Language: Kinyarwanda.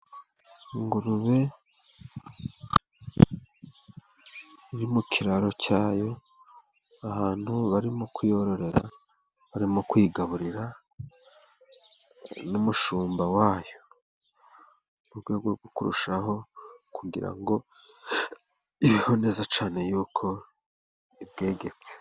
Ingurube iri mu kiraro cyayo ahantu barimo kuyororera, barimo kuyigaburira n'umushumba wayo, mu rwego rwo kurushaho kugira ngo ibeho neza cyane y'uko ibwegetse.